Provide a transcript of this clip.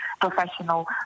professional